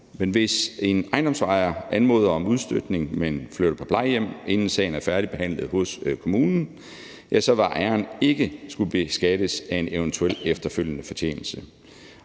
men hvis en ejendomsejer anmoder om udstykning, men flytter på plejehjem, inden sagen er færdigbehandlet hos kommunen, vil ejeren ikke skulle beskattes af en eventuel efterfølgende fortjeneste.